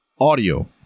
audio